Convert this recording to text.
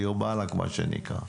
דיר באלק מה שנקרא.